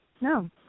no